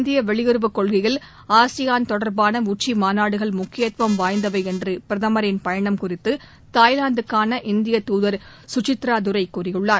இந்திய வெளியுறவுக் கொள்கையில் ஆசியான் தொடர்பான உச்சிமாநாடுகள் முக்கியத்துவம் வாய்ந்தவை என்று பிரதமரின் பயணம் குறித்து தாய்லாந்துக்கான இந்திய தூதர் கசித்ரா துரை கூறியுள்ளார்